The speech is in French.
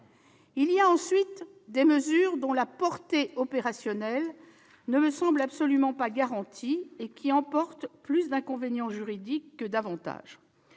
ensuite des mesures dont la portée opérationnelle ne me semble absolument pas garantie et qui emportent plus d'inconvénients juridiques que d'avantages.